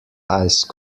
ice